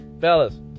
Fellas